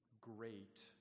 great